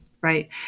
Right